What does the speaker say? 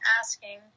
asking